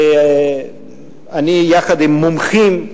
אני יחד עם מומחים,